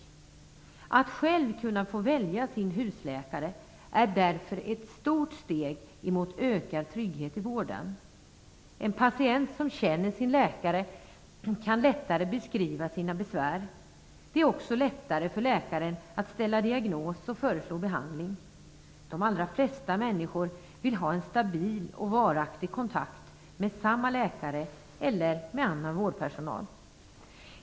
Att själv kunna få välja sin husläkare är därför ett stort steg mot ökad trygghet i vården. En patient som känner sin läkare kan lättare beskriva sina besvär. Det är också lättare för läkaren att ställa diagnos och föreslå behandling. De allra flesta människor vill ha en stabil och varaktig kontakt med samma läkare eller med annan vårdpersonal.